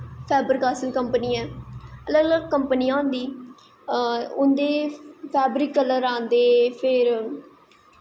फैबरकल्स company ऐ अलग अलग कंपनियां होंदियां उंदे फैबरिक कल्लर आंदे फिर